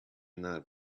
not